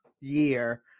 year